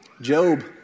Job